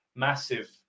massive